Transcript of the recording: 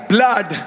Blood